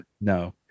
No